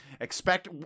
Expect